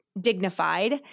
dignified